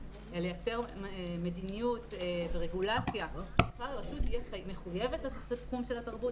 לייצר מדיניות ורגולציה שכל רשות תהיה מחויבת לתחום של התרבות.